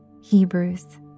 hebrews